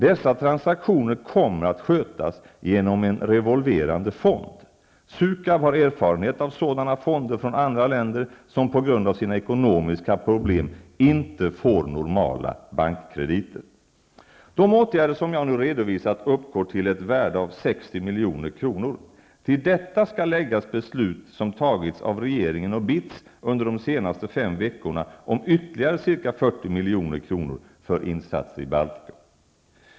Dessa transaktioner kommer att skötas genom en revolverande fond. Sukab har erfarenhet av sådana fonder från andra länder, som på grund av sina ekonomiska problem inte får normala bankkrediter. De åtgärder som jag nu redovisat uppgår till ett värde av 60 milj.kr. Till detta skall läggas beslut som tagits av regeringen och BITS under de senaste fem veckorna om ytterligare ca 40 milj.kr.